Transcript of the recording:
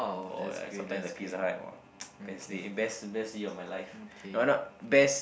or like sometimes like Pizza Hut or best day best best year of my life not not best